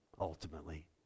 ultimately